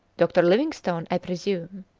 dr. livingstone, i presume